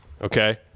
Okay